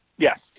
Yes